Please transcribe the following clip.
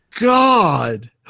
God